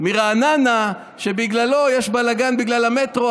מרעננה שבגללו יש בלגן בגלל המטרו.